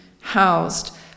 housed